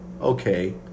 Okay